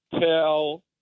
Tell